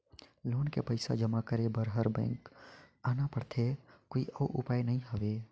Loan के पईसा जमा करे बर हर बार बैंक आना पड़थे कोई अउ उपाय नइ हवय?